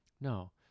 No